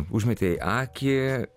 užmetei akį